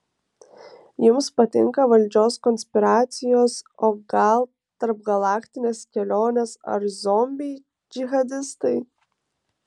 jums patinka valdžios konspiracijos o gal tarpgalaktinės kelionės ar zombiai džihadistai